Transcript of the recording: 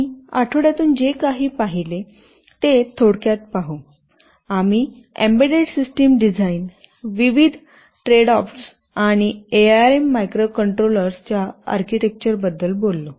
आम्ही आठवड्यातून जे काही पाहिले आहे ते थोडक्यात पाहू आम्ही एम्बेडेड सिस्टम डिझाइन विविध ट्रेडऑफ्स आणि एआरएम मायक्रोकंट्रोलर्स च्या आर्किटेक्चर बद्दल बोललो